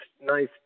nice